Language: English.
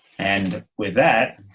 and with that,